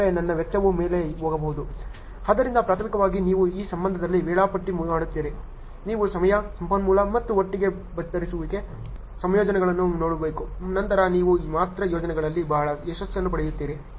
ಆದ್ದರಿಂದ ಪ್ರಾಥಮಿಕವಾಗಿ ನೀವು ಈ ಸಂದರ್ಭದಲ್ಲಿ ವೇಳಾಪಟ್ಟಿ ಮಾಡುತ್ತಿದ್ದೀರಿ ನೀವು ಸಮಯ ಸಂಪನ್ಮೂಲ ಮತ್ತು ಒಟ್ಟಿಗೆ ಬಿತ್ತರಿಸುವಿಕೆಯ ಸಂಯೋಜನೆಯನ್ನು ನೋಡಬೇಕು ನಂತರ ನೀವು ಮಾತ್ರ ಯೋಜನೆಗಳಲ್ಲಿ ಬಹಳ ಯಶಸ್ಸನ್ನು ಪಡೆಯುತ್ತೀರಿ